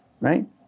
right